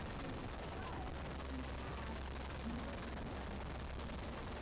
and because we have more federal government involvement,